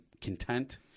content